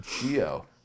Geo